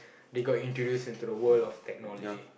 they got introduce into the world of technology